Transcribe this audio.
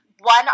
One